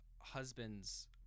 husband's